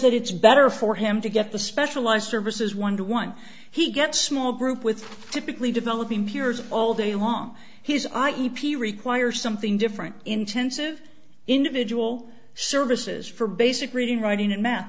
that it's better for him to get the specialized services one to one he get small group with typically developing peers all day long he's i e p requires something different intensive individual services for basic reading writing and math